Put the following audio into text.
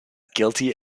guilty